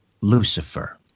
Lucifer